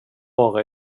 bara